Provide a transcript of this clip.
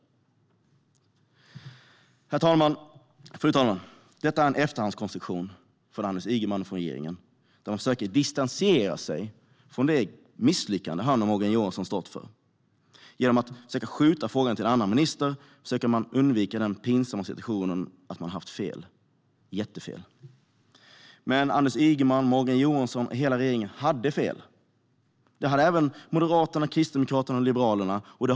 Fru talman! Detta är en efterhandskonstruktion av Anders Ygeman och regeringen. Han försöker distansera sig från det misslyckande han och Morgan Johansson stått för. Genom att skjuta över frågan till en annan minister försöker han undvika den pinsamma situationen att de har haft fel, jättefel. Men Anders Ygeman, Morgan Johansson och hela regeringen hade fel. Det hade även Moderaterna, Kristdemokraterna och Liberalerna.